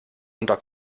unter